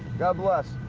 god bless.